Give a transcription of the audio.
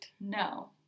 No